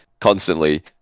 constantly